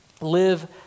live